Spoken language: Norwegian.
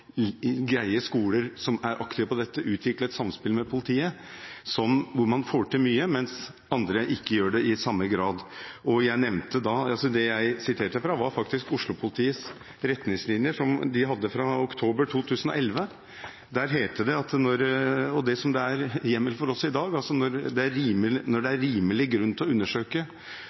greier skoler som er aktive på dette, å utvikle et samspill med politiet hvor man får til mye, mens andre ikke gjør det i samme grad. Det jeg siterte fra, var Oslo-politiets retningslinjer, som de har hatt fra oktober 2011, der det heter, og det er det hjemmel for også i dag, at når det er rimelig grunn til å undersøke